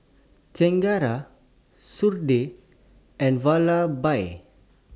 Chengara Sudhir and Vallabhbhai